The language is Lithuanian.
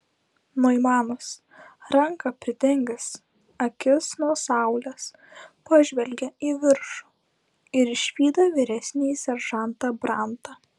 noimanas ranka pridengęs akis nuo saulės pažvelgė į viršų ir išvydo vyresnįjį seržantą brantą